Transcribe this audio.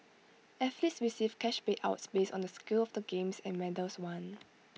athletes receive cash payouts based on the scale of the games and medals won